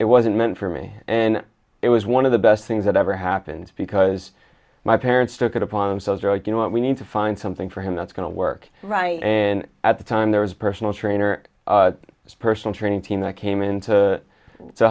it wasn't meant for me and it was one of the best things that ever happens because my parents took it upon themselves you know what we need to find something for him that's going to work right and at the time there was a personal trainer personal training team that came in to